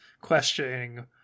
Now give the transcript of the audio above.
questioning